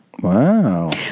Wow